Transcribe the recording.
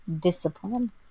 discipline